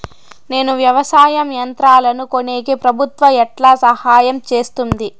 నేను వ్యవసాయం యంత్రాలను కొనేకి ప్రభుత్వ ఎట్లా సహాయం చేస్తుంది?